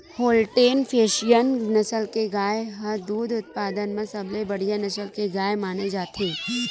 Holstein Friesian नसल के गाय ह दूद उत्पादन म सबले बड़िहा नसल के गाय माने जाथे